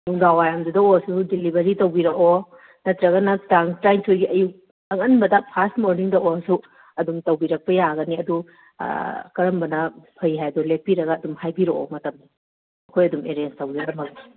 ꯅꯨꯡꯗꯥꯡꯋꯥꯏꯔꯝꯗꯨꯗ ꯑꯣꯏꯔꯁꯨ ꯗꯤꯂꯤꯚꯔꯤ ꯇꯧꯕꯤꯔꯛꯑꯣ ꯅꯠꯇ꯭ꯔꯒꯅ ꯇꯥꯡ ꯇꯔꯥꯅꯤꯊꯣꯏꯒꯤ ꯑꯌꯨꯛ ꯑꯉꯥꯟꯕꯗ ꯐꯥꯔꯁ ꯃꯣꯔꯅꯤꯡꯗ ꯑꯣꯏꯔꯁꯨ ꯑꯗꯨꯝ ꯇꯧꯕꯤꯔꯛꯄ ꯌꯥꯒꯅꯤ ꯑꯗꯨ ꯀꯔꯝꯕꯅ ꯐꯩ ꯍꯥꯏꯗꯣ ꯂꯦꯞꯄꯤꯔꯒ ꯑꯗꯨꯝ ꯍꯥꯏꯕꯤꯔꯛꯑꯣ ꯃꯇꯝꯗꯣ ꯑꯩꯈꯣꯏ ꯑꯗꯨꯝ ꯑꯦꯔꯦꯟꯖ ꯇꯧꯖꯔꯝꯃꯒꯦ